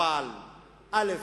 אבל א',